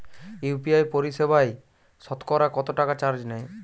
UPI পরিসেবায় সতকরা কতটাকা চার্জ নেয়?